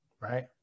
right